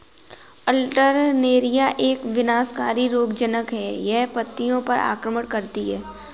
Alternaria एक विनाशकारी रोगज़नक़ है, यह पत्तियों पर आक्रमण करती है